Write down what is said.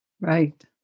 Right